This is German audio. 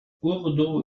urdu